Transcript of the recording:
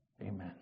Amen